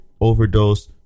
overdose